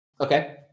Okay